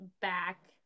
back